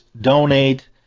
donate